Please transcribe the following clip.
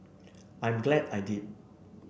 I am glad I did